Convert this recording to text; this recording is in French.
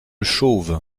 chauve